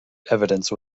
evidence